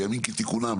בימים כתיקונם,